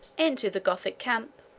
into the gothic camp.